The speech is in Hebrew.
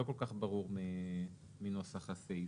לא כל כך ברור מנוסח הסעיף.